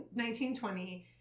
1920